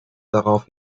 darauf